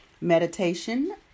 meditation